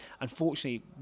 unfortunately